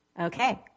Okay